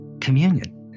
Communion